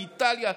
לאיטליה,